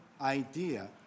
idea